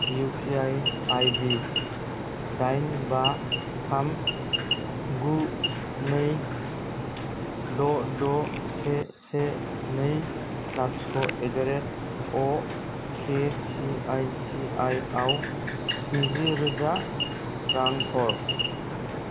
UPI ID डाइन बा थाम गु नै द' द' से से नै लाथिख' एडारेट अके सिआईसिआई आव स्निजि रोजा रां हर